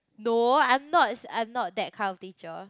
no I am not I am not that kind of teacher